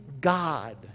God